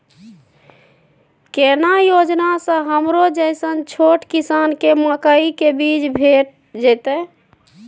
केना योजना स हमरो जैसन छोट किसान के मकई के बीज भेट जेतै?